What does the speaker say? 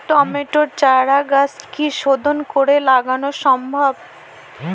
টমেটোর চারাগাছ কি শোধন করে লাগানো সম্ভব?